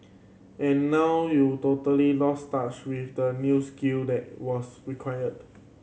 and now you've totally lost touch with the new skill that was required